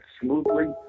smoothly